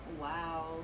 Wow